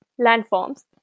landforms